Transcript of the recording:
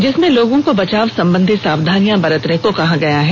जिसमें लोगों को बचाव संबंधी सावधानियां बरतने के लिए कहा गया है